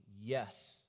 yes